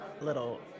little